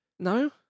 No